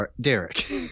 Derek